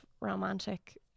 romantic